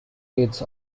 its